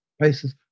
places